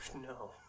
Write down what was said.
no